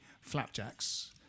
flapjacks